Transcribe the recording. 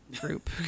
group